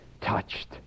touched